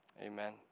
amen